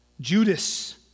Judas